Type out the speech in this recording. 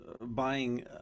buying